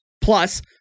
Plus